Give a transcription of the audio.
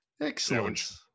excellent